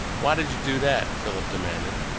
why did you do that? philip demanded.